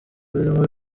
birimo